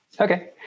Okay